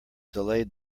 delayed